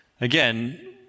Again